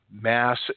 mass